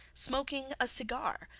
smoking a cigar,